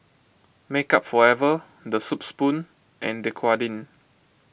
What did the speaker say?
Makeup Forever the Soup Spoon and Dequadin